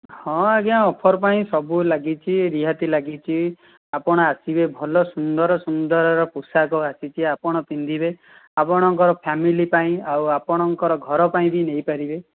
ହଁ ଆଜ୍ଞା ଅଫର୍ ପାଇଁ ସବୁ ଲାଗିଛି ରିହାତି ଲାଗିଛି ଆପଣ ଆସିବେ ଭଲ ସୁନ୍ଦର ସୁନ୍ଦରର ପୋଷାକ ଆସିଛି ଆପଣ ପିନ୍ଧିବେ ଆପଣଙ୍କ ଫ୍ୟାମିଲି ପାଇଁ ଆଉ ଆପଣଙ୍କର ଘର ପାଇଁ ବି ନେଇ ପାରିବେ